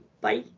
Bye